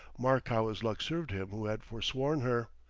mark how his luck served him who had forsworn her!